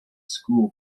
school